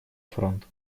фронт